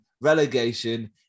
relegation